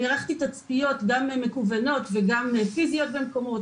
ערכתי תצפיות גם מקוונות וגם פיזיות במקומות,